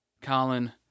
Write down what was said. Colin